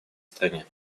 стране